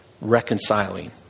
reconciling